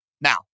Now